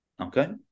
Okay